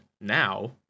now